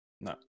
No